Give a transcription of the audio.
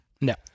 No